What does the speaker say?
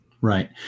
Right